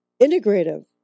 integrative